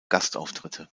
gastauftritte